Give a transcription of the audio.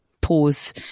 pause